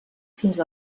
fins